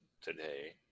today